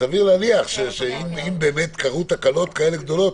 סביר להניח שאם באמת קרו תקלות כאלה גדולות,